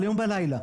היום בלילה,